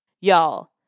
Y'all